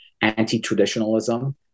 anti-traditionalism